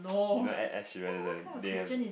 you know Ed Ed-Sheeran they have